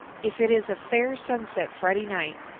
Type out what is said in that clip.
if it is a fair sunset friday night,